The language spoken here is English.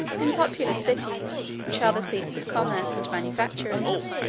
in populous cities, which are the seat of commerce and manufactures,